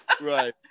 Right